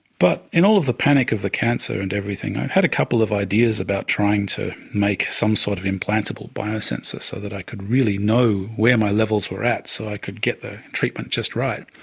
but in all of the panic of the cancer and everything, i had a couple of ideas about trying to make some sort of implantable biosensor so that i could really know where my levels were at so i could get the treatment just right.